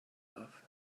love